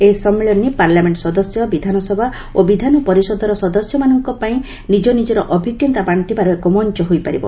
ଏହି ସମ୍ମିଳନୀ ପାର୍ଲାମେଣ୍ଟ ସଦସ୍ୟ ବିଧାନସଭା ଓ ବିଧାନ ପରିଷଦର ସଦସ୍ୟମାନଙ୍କପାଇଁ ନିଜ ନିଜର ଅଭିଜ୍ଞତା ବାର୍ଷିବାର ଏକ ମଞ୍ଚ ହୋଇପାରିବ